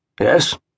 Yes